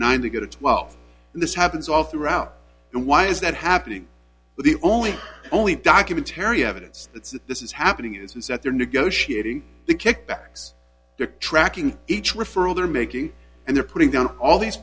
nine to get a twelve and this happens all throughout and why is that happening the only only documentarian evidence that this is happening is that they're negotiating the kickbacks they're tracking each referral they're making and they're putting down all these